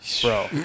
bro